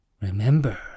Remember